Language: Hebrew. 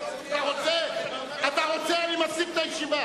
אתה רוצה, אני מפסיק את הישיבה.